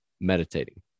meditating